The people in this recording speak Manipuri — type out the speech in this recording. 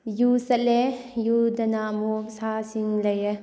ꯖꯨ ꯆꯠꯂꯦ ꯖꯨꯗꯅ ꯑꯃꯨꯛ ꯁꯥꯁꯤꯡ ꯂꯩꯔꯦ